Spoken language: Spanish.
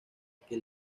que